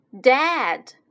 Dad